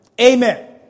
Amen